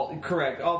Correct